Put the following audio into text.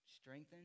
strengthen